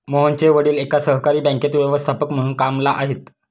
मोहनचे वडील एका सहकारी बँकेत व्यवस्थापक म्हणून कामला आहेत